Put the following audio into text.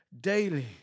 daily